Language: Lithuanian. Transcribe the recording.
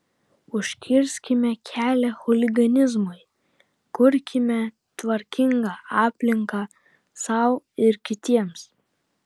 užkirskime kelią chuliganizmui kurkime tvarkingą aplinką sau ir kitiems